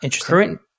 Current